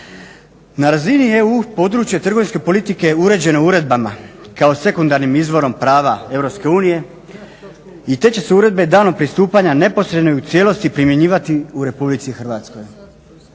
Na razini EU područje trgovinske politike je uređeno uredbama kao sekundarnim izvorom prava EU i te će se uredbe danom pristupanja neposredno i u cijelosti primjenjivati u RH.